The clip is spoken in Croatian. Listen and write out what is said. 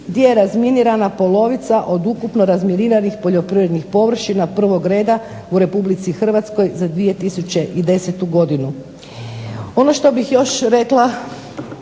gdje je razminirana polovica od ukupno razminiranih poljoprivrednih površina prvog reda u Republici Hrvatskoj za 2010. godinu.